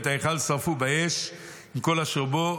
ואת ההיכל שרפו באש עם כל אשר בו,